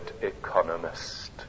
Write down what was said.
economist